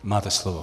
Máte slovo.